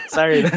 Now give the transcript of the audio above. Sorry